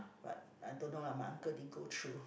but I don't know lah my uncle didn't go through